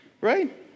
right